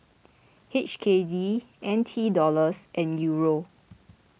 H K D N T Dollars and Euro